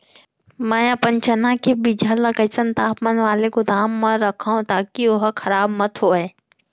मैं अपन चना के बीजहा ल कइसन तापमान वाले गोदाम म रखव ताकि ओहा खराब मत होवय?